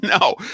No